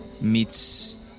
meets